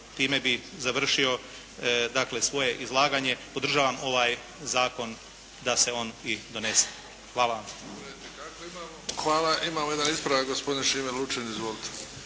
time bi završio svoje izlaganje. Podržavam ovaj zakon da se on i donese. Hvala vam. **Bebić, Luka (HDZ)** Hvala. Imamo jedan ispravak, gospodin Šime Lučin. Izvolite.